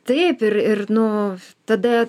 taip ir ir nu tada